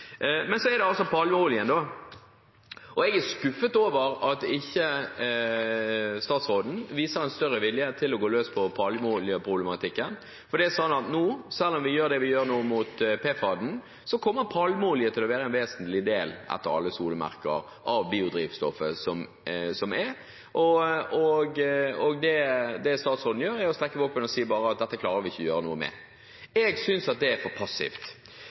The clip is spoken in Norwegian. Men så er det altså palmeoljen, da. Jeg er skuffet over at statsråden ikke viser en større vilje til å gå løs på palmeoljeproblematikken. Det er sånn at nå, selv om vi gjør det vi gjør nå mot PFAD, kommer palmeolje til å være en vesentlig del – etter alle solemerker – av biodrivstoffet som er. Det statsråden gjør, er å strekke våpen og bare si at dette klarer vi ikke å gjøre noe med. Jeg synes at det er for passivt.